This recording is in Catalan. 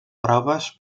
proves